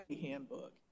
handbook